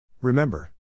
Remember